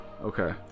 Okay